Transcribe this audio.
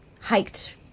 hiked